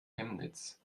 chemnitz